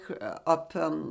up